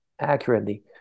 accurately